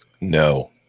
No